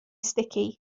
sticky